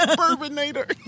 bourbonator